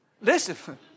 Listen